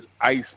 ice